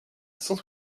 cent